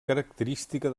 característica